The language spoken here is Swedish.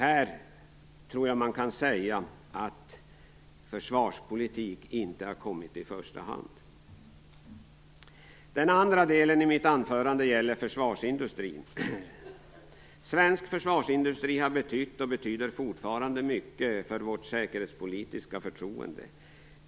Jag tror att man kan säga att försvarspolitik inte har kommit i första hand. Den andra delen i mitt anförande gäller försvarsindustrin. Svensk försvarsindustri har betytt och betyder fortfarande mycket för vårt säkerhetspolitiska förtroende.